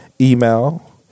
email